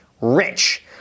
rich